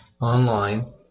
online